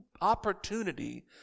opportunity